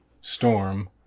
storm